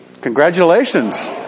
Congratulations